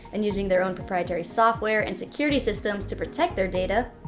and using their own proprietary software and security systems to protect their data,